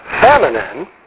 Feminine